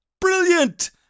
brilliant